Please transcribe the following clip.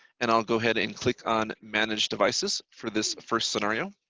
and i'll go ahead and click on manage devices for this first scenario.